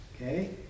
Okay